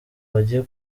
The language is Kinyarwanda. bagiye